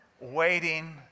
waiting